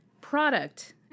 product